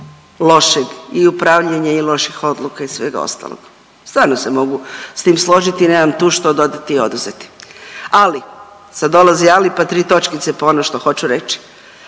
lošeg i upravljanja i loših odluka i svega ostaloga. Stvarno se mogu s tim složiti i nemam tu što dodati ili oduzeti, ali sad dolazi ali pa tri točkice pa ono što hoću reći.